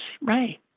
Right